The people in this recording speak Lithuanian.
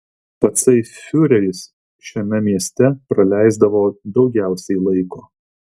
patsai fiureris šiame mieste praleisdavo daugiausiai laiko